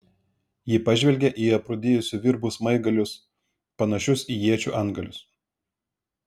ji pažvelgė į aprūdijusių virbų smaigalius panašius į iečių antgalius